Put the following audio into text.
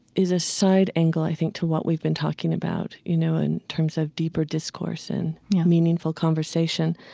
is a side angle, i think, to what we've been talking about, you know, in terms of deeper discourse and meaningful conversation.